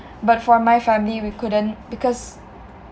but for my family we couldn't because